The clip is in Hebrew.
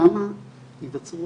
שם ייווצרו